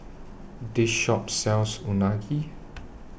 This Shop sells Unagi